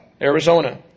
Arizona